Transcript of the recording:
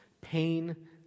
Pain